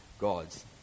gods